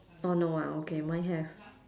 oh no ah okay mine have